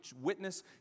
witness